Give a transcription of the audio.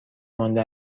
مانده